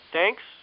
Thanks